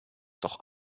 doch